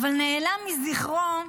אבל נעלם מזיכרונו.